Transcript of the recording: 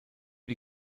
die